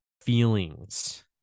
feelings